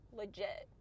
legit